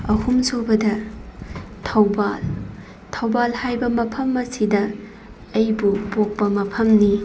ꯑꯍꯨꯝ ꯁꯨꯕꯗ ꯊꯧꯕꯥꯜ ꯊꯧꯕꯥꯜ ꯍꯥꯏꯕ ꯃꯐꯝ ꯑꯁꯤꯗ ꯑꯩꯕꯨ ꯄꯣꯛꯄ ꯃꯐꯝꯅꯤ